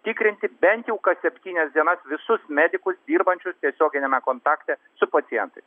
tikrinti bent jau kas septynias dienas visus medikus dirbančius tiesioginiame kontakte su pacientais